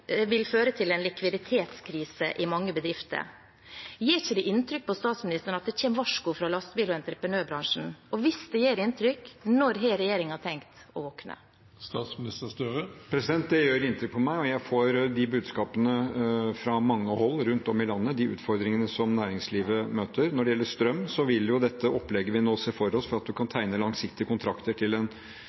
vil føre til en likviditetskrise i mange bedrifter. Gjør det ikke inntrykk på statsministeren at det kommer et varsko fra lastebil- og entreprenørbransjen, og hvis det gjør inntrykk, når har regjeringen tenkt å våkne? Det gjør inntrykk på meg. Jeg får de budskapene fra mange hold rundt om i landet om de utfordringene som næringslivet møter. Når det gjelder strøm, vil det opplegget vi nå ser for oss med at man kan tegne langsiktige kontrakter til en